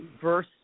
verse